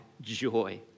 joy